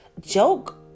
joke